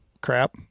crap